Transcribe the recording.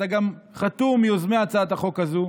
אתה גם חתום ומיוזמי הצעת החוק הזאת,